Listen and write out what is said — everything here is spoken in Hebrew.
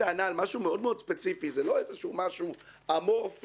הנושא של אישור מצעד הדגלים,